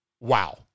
wow